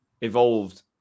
evolved